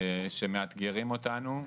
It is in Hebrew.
שמאתגרים אותנו.